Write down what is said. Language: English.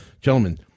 gentlemen